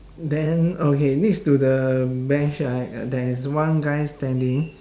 then okay next to the bench right uh there is one guy standing